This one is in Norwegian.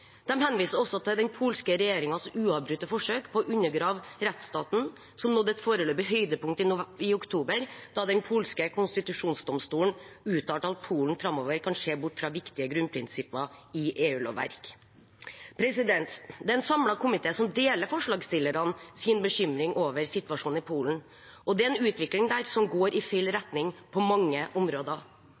henviser også til den polske regjeringens uavbrutte forsøk på å undergrave rettsstaten, som «nådde et foreløpig høydepunkt i oktober, da den polske konstitusjonsdomstolen uttalte at Polen framover kan se bort fra viktige grunnprinsipper i EU-lovverk.» Det er en samlet komité som deler forslagsstillernes bekymring over situasjonen i Polen. Det er en utvikling der som går i feil retning på mange områder.